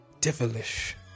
devilish